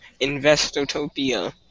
Investotopia